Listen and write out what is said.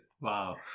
Wow